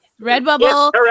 Redbubble